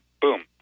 Boom